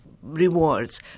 Rewards